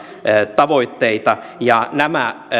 tavoitteita nämä